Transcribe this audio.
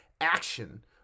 action